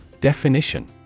Definition